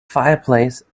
fireplace